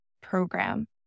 program